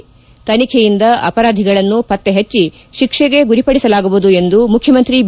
ನಿಷ್ಣಕ್ಷಪಾತ ತನಿಖೆಯಿಂದ ಅಪರಾಧಿಗಳನ್ನು ಪತ್ತೆಹಟ್ಟಿ ತಿಕ್ಷೆಗೆ ಗುರಿಪಡಿಸಲಾಗುವುದು ಎಂದು ಮುಖ್ಯಮಂತ್ರಿ ಬಿ